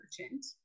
merchant